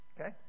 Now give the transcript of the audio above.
okay